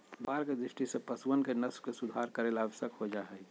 व्यापार के दृष्टि से पशुअन के नस्ल के सुधार करे ला आवश्यक हो जाहई